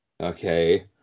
Okay